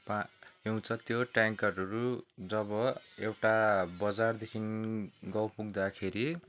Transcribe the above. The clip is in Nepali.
पा ल्याउँछ त्यो ट्याङ्करहरू जब एउटा बजारदेखि गाउँ पुग्दाखेरि